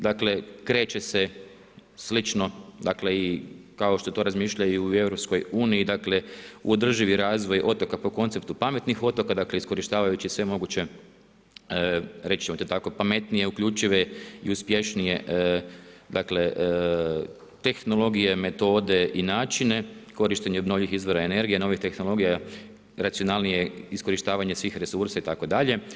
Dakle, kreće se slično, dakle i kao što to razmišljaju u EU, dakle u održivi razvoj otoka po konceptu pametnih otoka, dakle iskorištavajući sve moguće, reći ćemo to tako pametnije, uključive i uspješnije dakle tehnologije, metode i načine, korištenje obnovljivih izvora energije, novih tehnologija, racionalnije iskorištavanje svih resursa itd.